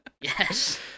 yes